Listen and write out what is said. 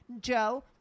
Joe